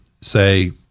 say